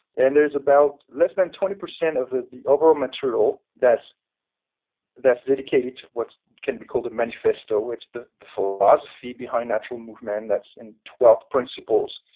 and there's about less than twenty percent of the the overall material that's that's dedicated to what can be called a manifesto, it's the the philosophy behind natural movement that's in twelve principles